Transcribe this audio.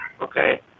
okay